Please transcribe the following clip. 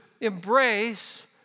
embrace